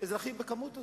אזרחים במספר הזה,